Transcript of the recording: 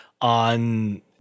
on